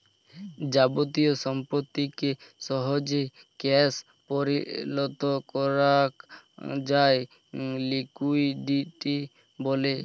যাবতীয় সম্পত্তিকে সহজে ক্যাশ পরিলত করাক যায় লিকুইডিটি ব্যলে